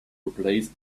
replaced